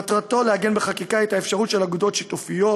מטרתו לעגן בחקיקה את האפשרות של אגודות שיתופיות,